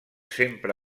sempre